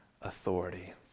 authority